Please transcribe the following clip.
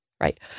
Right